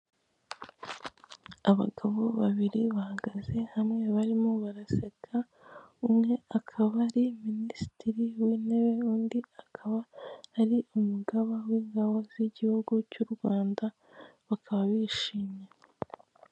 Abagabo babiri bahagaze hamwe barimo baraseka. Umwe akaba ari Minisitiri w'intebe undi akaba ari Umugaba w'ingabo z'igihugu cy'u Rwanda. Bakaba bishimye.